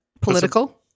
Political